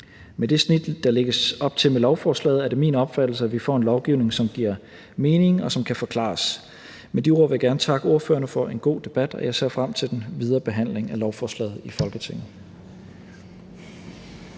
Med det snit, der lægges op til med lovforslaget, er det min opfattelse, at vi får en lovgivning, som giver mening, og som kan forklares. Med de ord vil jeg gerne takke ordførerne for en god debat, og jeg ser frem til den videre behandling af lovforslaget i Folketinget.